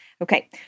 Okay